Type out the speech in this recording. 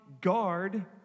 guard